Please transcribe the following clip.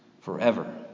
forever